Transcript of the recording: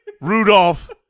Rudolph